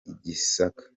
gisaka